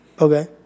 Okay